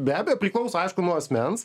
be abejo priklauso aišku nuo asmens